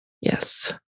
Yes